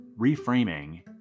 reframing